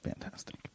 fantastic